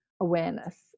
awareness